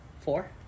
Four